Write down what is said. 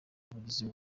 bugizi